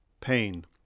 Pain